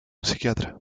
psiquiatra